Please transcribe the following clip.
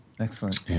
Excellent